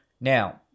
Now